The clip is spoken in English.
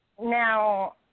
Now